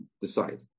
decide